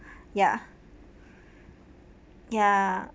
ya ya